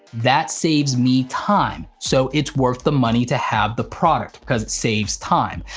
that saves me time, so it's worth the money to have the product because it saves time,